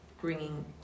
bringing